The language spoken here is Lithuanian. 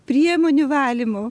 priemonių valymo